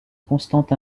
constante